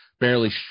barely